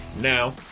Now